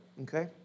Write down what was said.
Okay